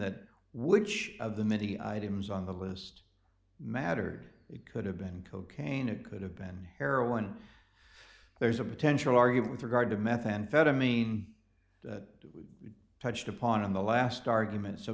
that which of the many items on the list mattered it could have been cocaine it could have been heroin there's a potential argue with regard to methamphetamine touched upon in the last argument so